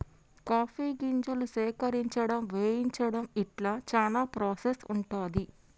coffee గింజలు సేకరించడం వేయించడం ఇట్లా చానా ప్రాసెస్ ఉంటది